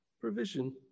provision